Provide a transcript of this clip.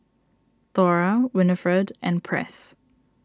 Thora Winifred and Press